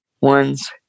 ones